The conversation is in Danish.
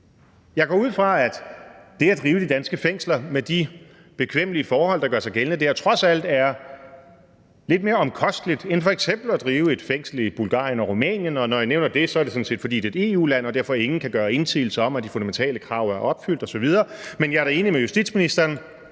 Jeg går ud fra, at det at drive de danske fængsler med de bekvemme forhold, der gør sig gældende der, trods alt er lidt mere omkostningsfyldt end f.eks. at drive et fængsel i Bulgarien eller Rumænien. Og når jeg nævner dem, er det sådan set, fordi det er EU-lande, og derfor kan ingen gøre den indsigelse, at de fundamentale krav ikke er opfyldt osv. Men jeg er da enig med justitsministeren